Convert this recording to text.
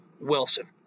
Wilson